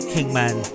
Kingman